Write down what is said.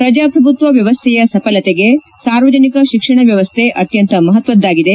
ಪ್ರಜಾಪ್ರಭುತ್ವ ವ್ಯವಸ್ಥೆಯ ಸಫಲತೆಗೆ ಸಾರ್ವಜನಿಕ ಶಿಕ್ಷಣ ವ್ಯವಸ್ಥೆ ಅತ್ಯಂತ ಮಹತ್ವದ್ಗಾಗಿದೆ